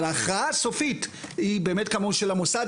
אבל ההכרעה הסופית היא באמת של המוסד,